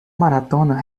maratona